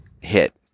hit